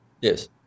yes